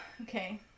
Okay